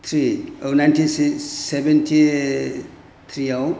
three nineteen seventy थ्रिआव